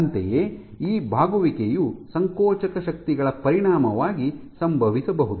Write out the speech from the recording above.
ಅಂತೆಯೇ ಈ ಬಾಗುವಿಕೆಯು ಸಂಕೋಚಕ ಶಕ್ತಿಗಳ ಪರಿಣಾಮವಾಗಿ ಸಂಭವಿಸಬಹುದು